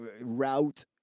route